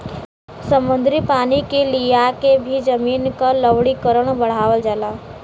समुद्री पानी के लियाके भी जमीन क लवणीकरण बढ़ावल जाला